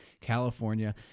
California